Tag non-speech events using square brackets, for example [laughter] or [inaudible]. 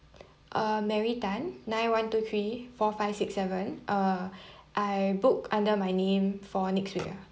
uh mary tan nine one two three four five six seven uh [breath] I booked under my name for next week ah